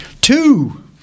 two